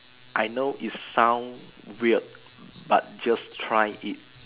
I know it sound weird but just try it